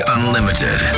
Unlimited